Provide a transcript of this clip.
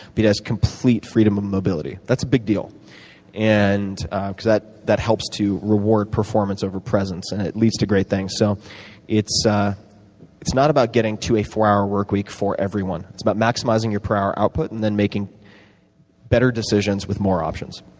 has complete freedom of mobility. that's a big deal and because that that helps to reward performance over presence and it leads to great things. so it's ah it's not about getting to a four hour workweek for everyone. it's about maximizing your per-hour output and then making better decisions with more options.